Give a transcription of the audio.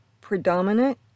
predominant